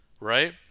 right